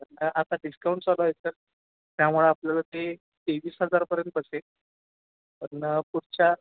आणि आता डिस्काउंट चालू आहे सर त्यामुळं आपल्याला ते तेवीस हजारपर्यंत बसेल पण पुढच्या